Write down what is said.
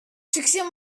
succès